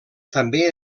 també